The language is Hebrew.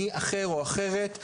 אני אחר או אחרת,